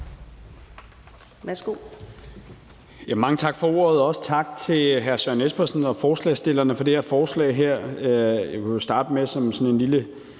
Mange tak for ordet, og også tak til hr. Søren Espersen og forslagsstillerne for det her forslag. Jeg vil starte med som en lille